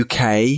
UK